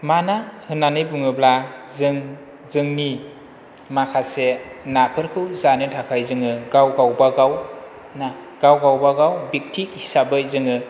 मानो होननानै बुङोब्ला जों जोंनि माखासे नाफोरखौ जानो थाखाय जोङो गाव गावबागाव ना गाव गावबागाव बिखति हिसाबै जोङो